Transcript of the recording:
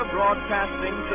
Broadcasting